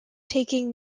taking